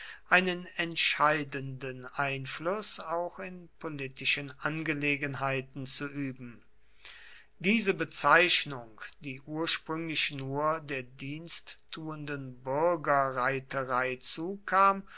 einen entscheidenden einfluß auch in politischen angelegenheiten zu üben diese bezeichnung die ursprünglich nur der diensttuenden bürgerreiterei zukam